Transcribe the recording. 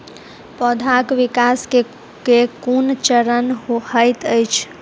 पौधाक विकास केँ केँ कुन चरण हएत अछि?